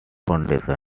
foundation